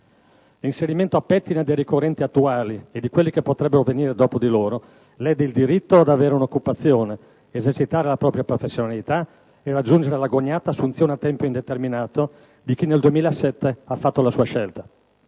L'inserimento a pettine dei ricorrenti attuali, e di quelli che potrebbero venire dopo di loro, lede il diritto ad avere un'occupazione, esercitare la propria professionalità e raggiungere l'agognata assunzione a tempo indeterminato di chi nel 2007 ha fatto la sua scelta.